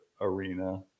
arena